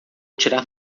tirar